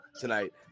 tonight